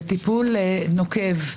וטיפול נוקב,